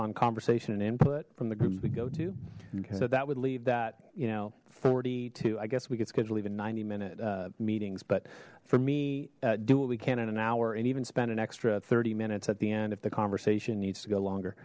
on conversation and input from the groups we go to okay so that would leave that you know forty two i guess we could schedule even ninety minute meetings but for me do what we can in an hour and even spend an extra thirty minutes at the end if the conversation needs to go longer